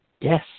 Yes